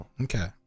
Okay